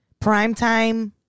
primetime